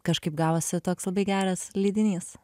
kažkaip gavosi toks labai geras lydinys